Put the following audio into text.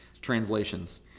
translations